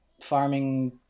farming